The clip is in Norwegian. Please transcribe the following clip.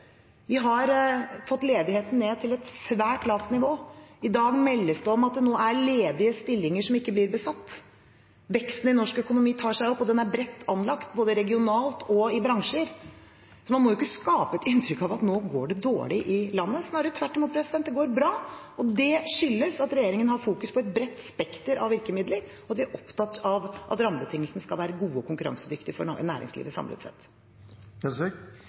Vi har fått ledigheten ned til et svært lavt nivå. I dag meldes det om at det nå er ledige stillinger som ikke blir besatt. Veksten i norsk økonomi tar seg opp, og den er bredt anlagt både regionalt og i bransjer. Man må ikke skape et inntrykk av at det nå går dårlig i landet. Snarere tvert imot – det går bra. Og det skyldes at regjeringen fokuserer på et bredt spekter av virkemidler, og at vi er opptatt av at rammebetingelsene skal være gode og konkurransedyktige for næringslivet samlet